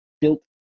built